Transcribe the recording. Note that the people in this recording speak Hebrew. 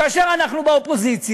כאשר אנחנו באופוזיציה,